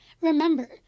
Remember